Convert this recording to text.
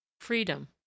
Freedom